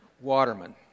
Waterman